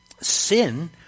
sin